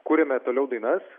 kuriame toliau dainas